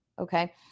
okay